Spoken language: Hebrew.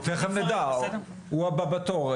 אנחנו תיכף נדע הוא הבא בתור,